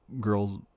girls